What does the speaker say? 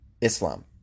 Islam